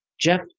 Jeff